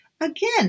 Again